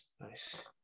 Nice